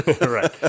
Right